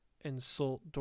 insult